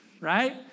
right